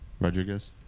Rodriguez